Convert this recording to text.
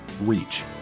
reach